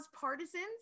partisans